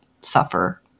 suffer